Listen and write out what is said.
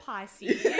Pisces